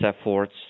efforts